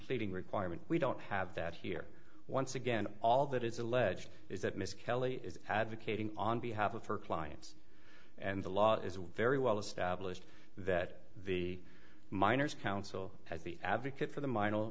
pleading requirement we don't have that here once again all that is alleged is that miss kelly is advocating on behalf of her clients and the law is very well established that the minors counsel has the advocate for the minor